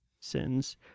Sins